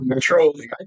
trolling